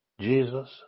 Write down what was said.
Jesus